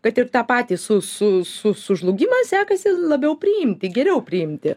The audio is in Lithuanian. kad ir tą patį su su su sužlugimas sekasi labiau priimti geriau priimti